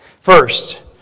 First